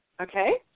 Okay